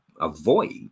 avoid